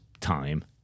time